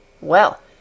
Well